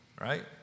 right